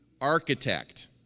architect